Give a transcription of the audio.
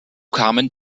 kamen